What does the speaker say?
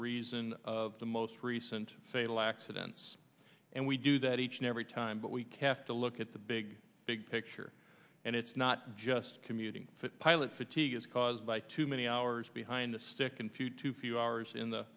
reason of the most recent fatal accidents and we do that each and every time but we cast a look at the big big picture and it's not just commuting pilot fatigue is caused by too many hours behind the stick and few too few hours in the